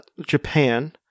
Japan